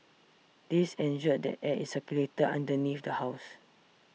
this ensured that air is circulated underneath the house